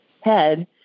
head